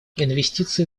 инвестиции